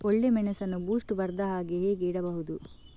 ಒಳ್ಳೆಮೆಣಸನ್ನು ಬೂಸ್ಟ್ ಬರ್ದಹಾಗೆ ಹೇಗೆ ಇಡಬಹುದು?